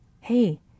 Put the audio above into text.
Hey